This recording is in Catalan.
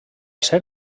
ser